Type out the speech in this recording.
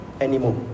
anymore